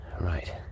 Right